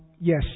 Yes